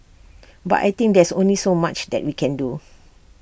but I think there's only so much that we can do